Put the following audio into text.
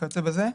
וכיוצא בזה.